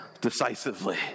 decisively